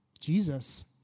Jesus